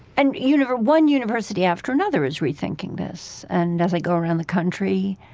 and you know one university after another is rethinking this and, as i go around the country,